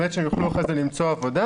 באמת שהם יוכלו אחרי זה למצוא עבודה,